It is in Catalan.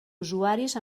usuaris